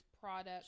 product